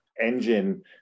engine